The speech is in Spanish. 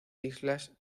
islas